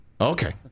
okay